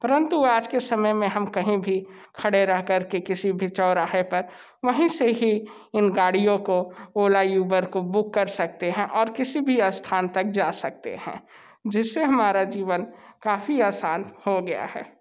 परंतु आज के समय में हम कहीं भी खड़े रहकर के किसी भी चौराहे पर वहीं से ही इन गाड़ियों को ओला युबर को बुक कर सकते हैं और किसी भी स्थान तक जा सकते हैं जिससे हमारा जीवन काफ़ी आसान हो गया है